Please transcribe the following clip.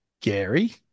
Gary